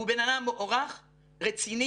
הוא בן אדם מוערך, רציני,